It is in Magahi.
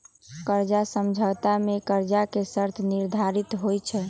कर्जा समझौता में कर्जा के शर्तें निर्धारित होइ छइ